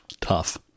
tough